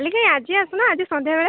କାଲି କାଇଁ ଆଜି ଆସୁନ ଆଜି ସନ୍ଧ୍ୟାବେଳେ